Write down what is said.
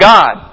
God